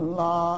la